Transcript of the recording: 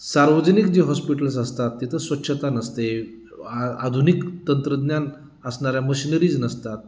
सार्वजनिक जे हॉस्पिटल्स असतात तिथं स्वच्छता नसते आ आधुनिक तंत्रज्ञान असणाऱ्या मशिनरीज नसतात